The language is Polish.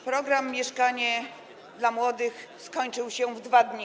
Program „Mieszkanie dla młodych” skończył się w 2 dni.